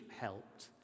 helped